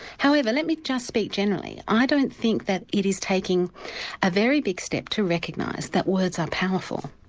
however, let me just speak generally. i don't think that it is taking a very big step to recognise that words are powerful.